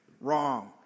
wrong